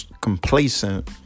complacent